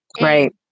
Right